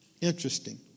Interesting